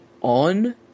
on